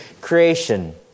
creation